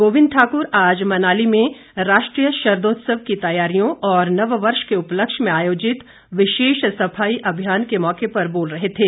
गोविंद ठाकुर आज मनाली में राष्ट्रीय शरदोत्सव की तैयारियों और नववर्ष के उपलक्ष्य में आयोजित विशेष सफाई अभियान के मौके पर बोल रहे थे